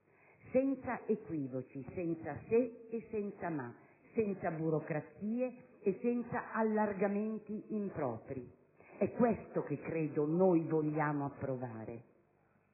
senza equivoci, senza se e senza ma, senza burocrazie e senza allargamenti impropri. È a questo, credo, che tutti noi vogliamo arrivare.